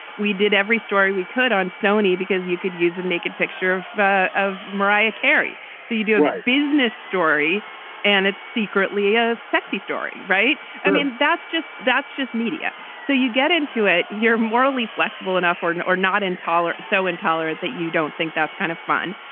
we did every story we could on sony because you could use a naked picture of of mariah carey. so you do business story and it's secretly a a sexy story, right? i mean, that's just that's just media. so you get into it, you're morally flexible enough or and or not intolerant. so intolerant that you don't think that's kind of fun.